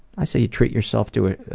i say treat yourself to a